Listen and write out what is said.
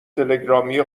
تلگرامی